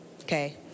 okay